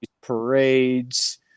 parades